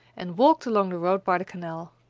and walked along the road by the canal.